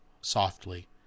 softly